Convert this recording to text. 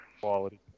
quality